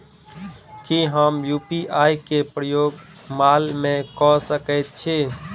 की हम यु.पी.आई केँ प्रयोग माल मै कऽ सकैत छी?